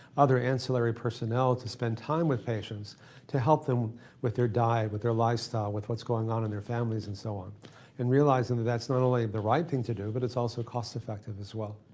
other ancillary ancillary personnel to spend time with patients to help them with their diet, with their lifestyle, with what's going on in their families and so on and realizing that that's not only the right thing to do but it's also cost effective as well.